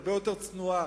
הרבה יותר צנועה,